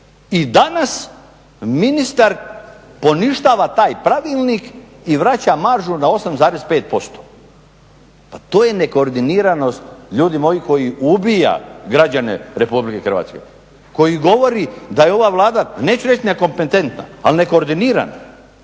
I danas ministar poništava taj pravilnik i vraća maržu na 8,5%. Pa to je nekoordiniranost ljudi moji koji ubija građane RH, koji govori da je ova Vlada neću reći nekompetentna ali nekoordinirana.